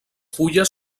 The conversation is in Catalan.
fulles